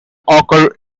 occur